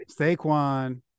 Saquon